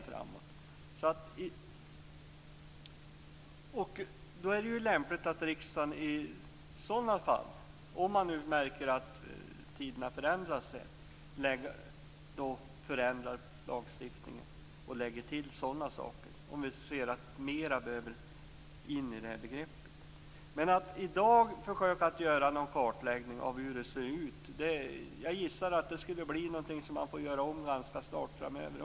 I sådana fall, dvs. om vi ser att mer behöver tas in i detta begrepp, är det lämpligt att riksdagen, om man märker att tiderna förändras, ändrar lagstiftningen. Men om man i dag skulle försöka göra en kartläggning av hur det ser ut, gissar jag att det skulle bli något som man får göra om ganska snart.